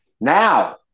Now